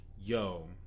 yo